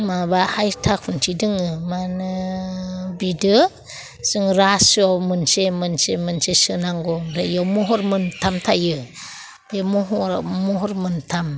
माबा हाइथा खुनथि दङ मानो बिजों जों रासोआव मोनसे मोनसे मोनसे सोनांगौ ओमफ्राय बियाव महर मोनथाम थायो बे महर महर मोनथाम